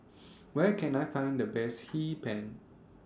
Where Can I Find The Best Hee Pan